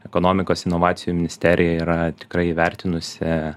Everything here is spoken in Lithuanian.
ekonomikos inovacijų ministerija yra tikrai įvertinusi